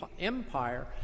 Empire